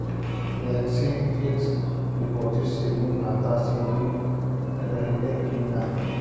Flexi fix deposit saving खाता से link रहले कि ना?